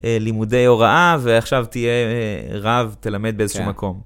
לימודי הוראה, ועכשיו תהיה רב, תלמד באיזשהו מקום.